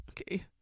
Okay